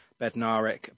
Bednarek